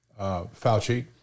Fauci